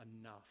enough